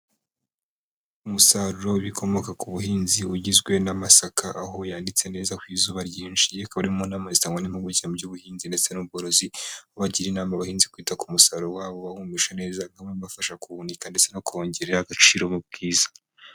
Umusaruro w'ibikomoka ku buhinzi ugizwe n'amasaka, aho yanitse neza ku izuba ryinshi, iyi ikaba ari imwe mu nama zitangwa n'impugukire mu by'ubuhinzi ndetse n'ubworozi, bagira inama abahinzi kwita ku musaruro wabo bawumisha neza, bikaba ari bimwe mu bibafasha kuwunika ndetse no kuwongerera agaciro mu bwiza.